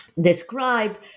describe